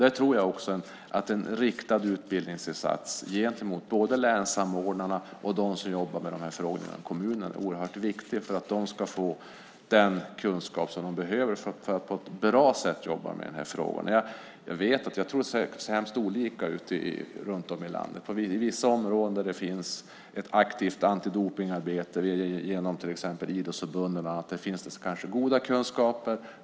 Jag tror också att en utbildningsinsats riktad till både länssamordnarna och dem som jobbar med dessa frågor ute i kommunerna är oerhört viktigt för att de ska få den kunskap som de behöver för att på ett bra sätt kunna jobba med de här frågorna. Jag vet att det ser väldigt olika ut runt om i landet. I vissa områden finns det ett aktivt antidopningsarbete, till exempel genom idrottsförbunden, och goda kunskaper.